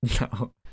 No